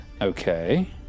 Okay